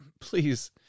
Please